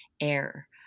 air